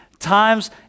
Times